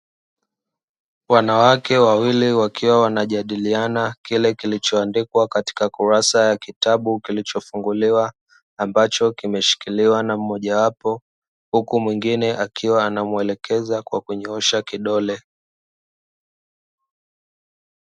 Wanawake wawili wakiwa wanajadiliana kile kilichoandikwa katika kurasa ya kitabu kilichofunguliwa, ambacho kimeshikiliwa na mmojawapo, huku mwingine akiwa anamwelekeza kwa kunyoosha kidole.